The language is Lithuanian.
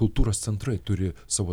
kultūros centrai turi savo